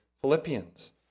Philippians